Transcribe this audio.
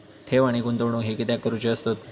ठेव आणि गुंतवणूक हे कित्याक करुचे असतत?